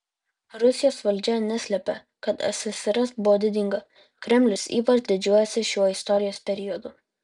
rusijos valdžia neslepia kad ssrs buvo didinga kremlius ypač didžiuojasi šiuo istorijos periodu